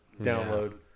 download